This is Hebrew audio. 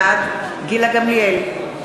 בעד גילה גמליאל,